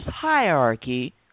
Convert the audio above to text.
hierarchy